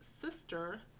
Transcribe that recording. sister